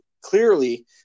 clearly